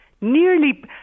nearly